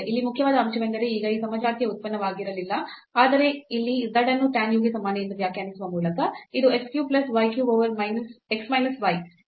ಇಲ್ಲಿ ಮುಖ್ಯವಾದ ಅಂಶವೆಂದರೆ ಈ u ಸಮಜಾತೀಯ ಉತ್ಪನ್ನವಾಗಿರಲಿಲ್ಲ ಆದರೆ ಇಲ್ಲಿ z ಅನ್ನು tan u ಗೆ ಸಮಾನ ಎಂದು ವ್ಯಾಖ್ಯಾನಿಸುವ ಮೂಲಕ ಇದು x cube plus y cube over x minus y